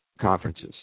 conferences